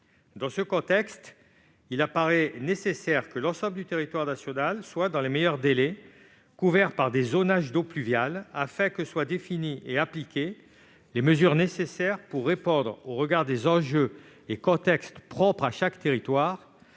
Dans ce contexte, il paraît nécessaire que l'ensemble du territoire national soit, dans les meilleurs délais, couvert par des zonages d'eaux pluviales afin que soient définies et appliquées les mesures nécessaires pour répondre, au regard des spécificités de chaque territoire,